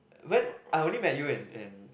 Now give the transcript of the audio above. then I only met you in in